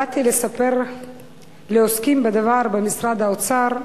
באתי לספר לעוסקים בדבר במשרד האוצר,